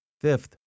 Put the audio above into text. Fifth